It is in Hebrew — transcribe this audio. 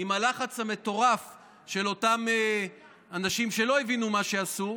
עם הלחץ המטורף של אותם אנשים שלא הבינו מה שעשו,